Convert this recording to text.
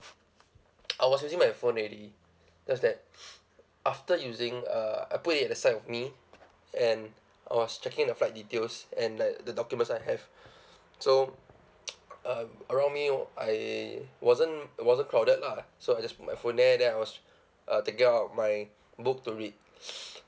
I was using my phone already just that after using uh I put it at the side of me and I was checking the flight details and like the documents I have so um around me I wasn't it wasn't crowded lah so I just put my phone there then I was uh taking out my book to read